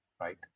right